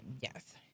Yes